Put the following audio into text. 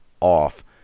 off